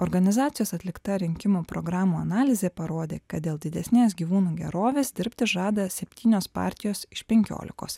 organizacijos atlikta rinkimų programų analizė parodė kad dėl didesnės gyvūnų gerovės dirbti žada septynios partijos iš penkiolikos